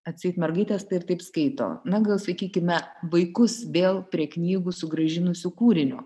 atseit mergaitės tai ir taip skaito na gal sakykime vaikus vėl prie knygų sugrąžinusiu kūriniu